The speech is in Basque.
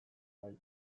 bai